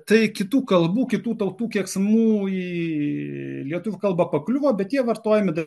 tai kitų kalbų kitų tautų keiksmų į lietuvių kalbą pakliuvo bet jie vartojami